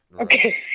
Okay